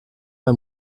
pas